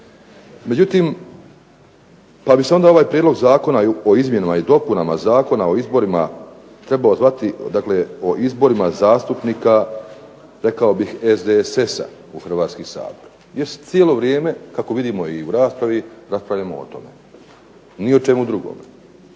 Međutim, pa bi se onda ovaj Prijedlog Zakona o izmjenama i dopunama Zakona o izborima trebao zvati dakle o izborima zastupnika rekao bih SDSS-a u Hrvatski sabor, jer cijelo vrijeme kako vidimo i u raspravi raspravljamo o tome. Ni o čemu drugome.